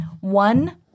One